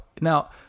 Now